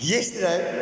Yesterday